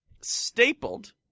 stapled